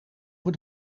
voor